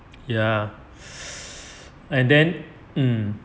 ya and then um